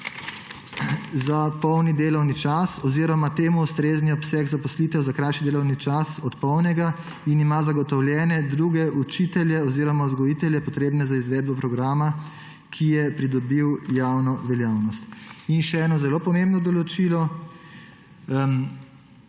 za polni delovni čas oziroma temu ustrezen obseg zaposlitev za krajši delovni čas od polnega in ima zagotovljene druge učitelje oziroma vzgojitelje, potrebne za izvedbo programa, ki je pridobil javno veljavnost.« In še eno zelo pomembno določilo: